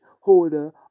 holder